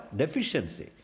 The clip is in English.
deficiency